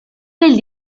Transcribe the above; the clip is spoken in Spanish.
del